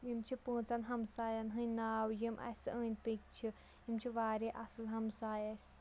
یِم چھِ پانٛژَن ہمسایَن ہٕنٛدۍ ناو یِم اسہِ أنٛدۍ پٔکۍ چھِ یِم چھِ واریاہ اصٕل ہَمساے اسہِ